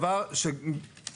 יש לקחת זאת בחשבון.